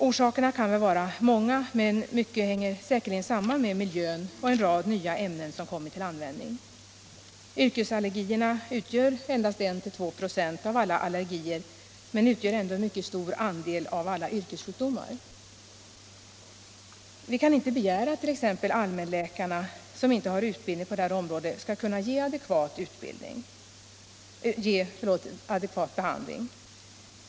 Orsakerna kan vara många, men mycket hänger säkerligen samman med miljön och en rad nya ämnen som kommit till användning. Yrkesallergierna utgör endast 1-2 96 av alla allergier. Men de utgör ändå en mycket stor andel av alla yrkessjukdomar. Vi kan inte begära att t.ex. allmänläkarna, som inte har utbildning på det här området, skall kunna ge adekvat behandling.